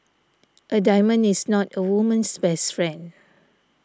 a diamond is not a woman's best friend